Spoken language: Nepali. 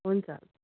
हुन्छ